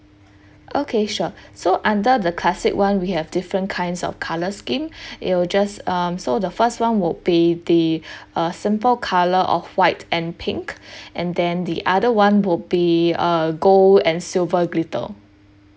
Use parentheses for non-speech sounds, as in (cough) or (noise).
okay sure so under the classic [one] we have different kinds of colour scheme (breath) it will just um so the first one would be the (breath) uh simple colour of white and pink (breath) and then the other one would be uh gold and silver glitter